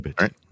right